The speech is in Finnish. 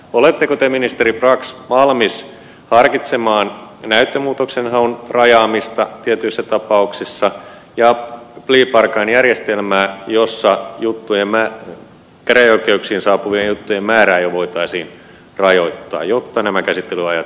oletteko te ministeri brax valmis harkitsemaan näyttömuutoksenhaun rajaamista tietyissä tapauksissa ja plea bargain järjestelmää jossa käräjäoikeuksiin saapuvien juttujen määrää jo voitaisiin rajoittaa jotta nämä käsittelyajat saataisiin kohtuullisiksi